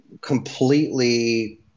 completely